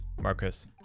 Marcus